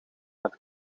met